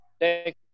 Thank